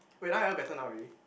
wait now you all better now already